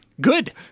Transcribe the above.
Good